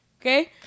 okay